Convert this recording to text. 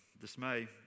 dismay